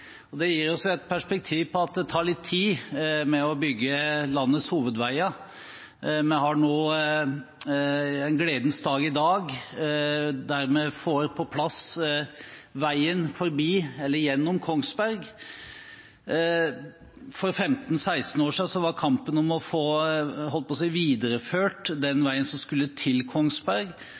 E134. Det gir oss det perspektivet at det tar tid å bygge landets hovedveier. Det er en gledens dag i dag, når vi får på plass veien gjennom Kongsberg. For 15–16 år siden gjaldt kampen det å få videreført den veien som skulle til Kongsberg,